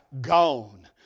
gone